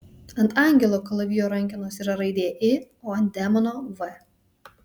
ant angelo kalavijo rankenos yra raidė i o ant demono v